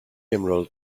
emerald